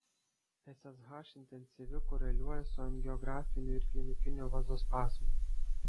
ssh intensyvi koreliuoja su angiografiniu ir klinikiniu vazospazmu